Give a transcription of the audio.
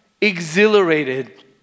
exhilarated